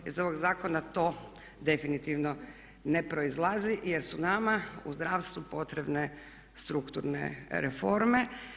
Iz ovog zakona to definitivno ne proizlazi jer su nama u zdravstvu potrebne strukturne reforme.